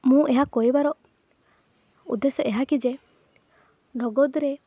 ମୁଁ ଏହା କହିବାର ଉଦ୍ଦେଶ୍ୟ ଏହାକି ଯେ ନଗଦରେ